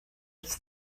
its